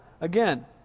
Again